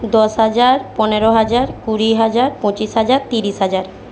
দশ হাজার পনেরো হাজার কুড়ি হাজার পঁচিশ হাজার তিরিশ হাজার